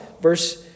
Verse